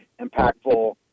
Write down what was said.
impactful